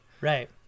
Right